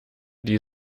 die